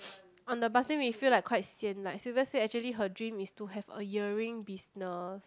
on the bus then we feel like quite sian like Sylvia said actually her dream is to have a earring business